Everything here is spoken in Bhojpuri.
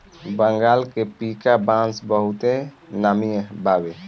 बंगाल के पीका बांस बहुते नामी बावे